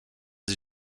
sie